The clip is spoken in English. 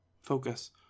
focus